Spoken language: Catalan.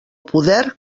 poder